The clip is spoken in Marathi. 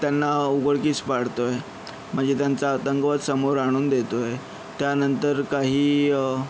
त्यांना उघडकीस पाडतो आहे म्हणजे त्यांचा आतंकवाद समोर आणून देतो आहे त्यानंतर काही